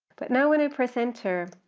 but now when i press enter,